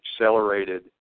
accelerated